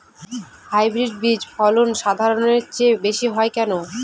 Hybrid বীজের ফলন সাধারণের চেয়ে বেশী হয় কেনো?